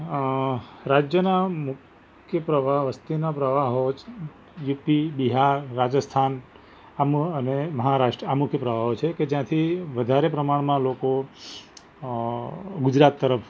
અ રાજ્યના મુખ્ય પ્રવાહ વસ્તીનો પ્રવાહ હોય યુ પી બિહાર રાજસ્થાન આ મ અને મહારાષ્ટ્ર આ મુખ્ય પ્રવાહો છે કે જ્યાંથી વધારે પ્રમાણમાં લોકો ગુજરાત તરફ